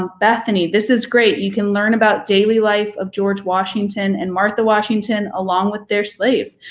um bethany, this is great. you can learn about daily life of george washington and martha washington along with their slaves.